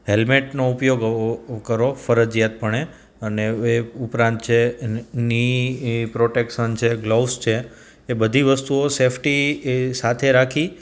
હેલમેટનો ઉપયોગ કરો ફરજિયાત પણે અને એ ઉપરાંત જે ની પ્રોટેક્સન છે ગ્લવ્સ છે એ બધી વસ્તુઓ સેફટી સાથે રાખી